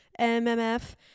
MMF